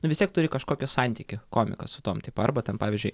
nu vis tiek turi kažkokio santykio komiko su tuom arba ten pavyzdžiui